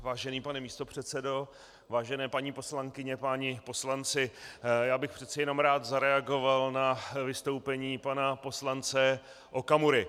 Vážený pane místopředsedo, vážené paní poslankyně, páni poslanci, já bych přece jenom rád zareagoval na vystoupení pana poslance Okamury.